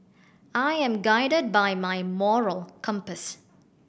I am guided by my moral compass